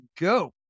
go